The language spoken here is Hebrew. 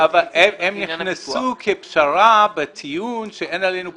אבל הם נכנסו כפשרה בטיעון שאין עלינו פיקוח.